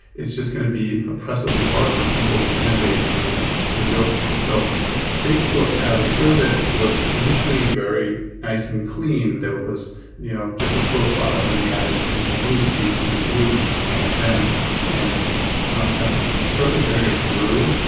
it's just going to be oppressively hard for people to innovate and and build things. so facebook as a service was initially very nice and clean. there was you know just a profile, and then we added things like newsfeeds and groups and events. um as the surface area grew,